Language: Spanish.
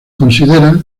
considera